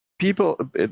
people